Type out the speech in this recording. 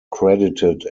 credited